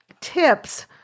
tips